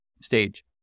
stage